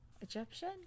Egyptian